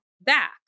back